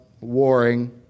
warring